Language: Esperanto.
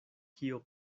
kio